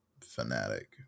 fanatic